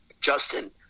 justin